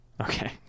Okay